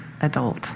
adult